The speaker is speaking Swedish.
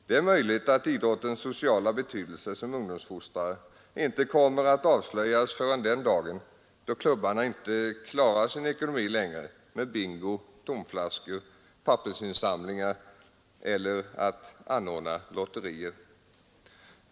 Det är möjligt att idrottens sociala betydelse som ungdomsfostrare inte kommer att avslöjas förrän den dagen då klubbarna inte längre klarar sin ekonomi med bingo, tomflaskor, pappersinsamlingar eller genom att anordna lotterier.